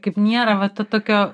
kaip nėra va to tokio